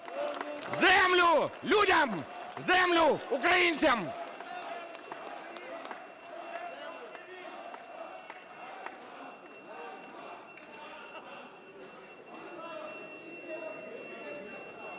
Землю – людям! Землю – українцям!